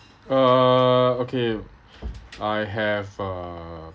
uh okay I have a